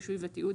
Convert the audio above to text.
רישוי ותיעוד),